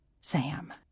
Sam